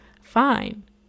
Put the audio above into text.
fine